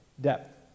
depth